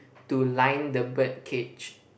to line the bird cage